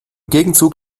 gegenzug